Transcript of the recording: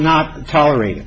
not tolerat